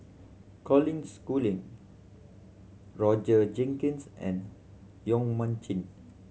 Colin Schooling Roger Jenkins and Yong Mun Chee